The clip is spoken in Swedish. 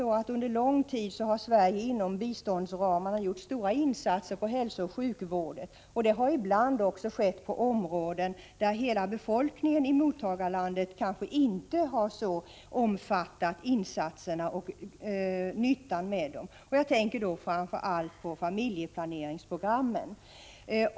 Under lång tid har ju Sverige inom biståndsramarna gjort stora insatser för hälsooch sjukvården, och det har ibland också skett på områden där befolkningen i mottagarlandet kanske inte helt omfattat insatserna och insett nyttan med dem. Jag tänker då framför allt på familjeplaneringsprogrammen.